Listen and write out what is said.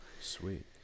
sweet